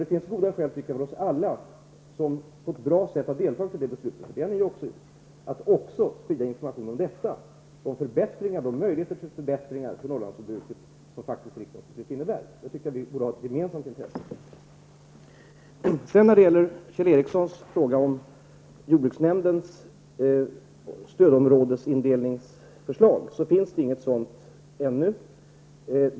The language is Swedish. Det finns goda skäl för oss alla som på ett bra sätt har deltagit i detta beslut -- det har ni också gjort -- att sprida information om de möjligheter till förbättringar för Det borde vi ha ett gemensamt intresse av att göra. Kjell Ericsson frågade om jordbruksnämdens stödområdesindelningsförslag. Det finns inget sådant förslag ännu.